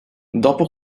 dopo